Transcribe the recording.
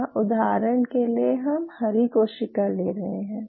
यहाँ उदाहरण के लिए हम हरी कोशिका ले रहे हैं